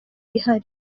ihari